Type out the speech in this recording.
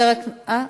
אה,